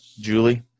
Julie